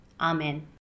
Amen